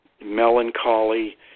melancholy